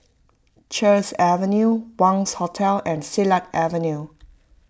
Sheares Avenue Wangz Hotel and Silat Avenue